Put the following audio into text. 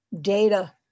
data